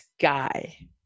guy